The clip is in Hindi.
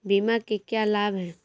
बीमा के क्या लाभ हैं?